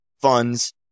funds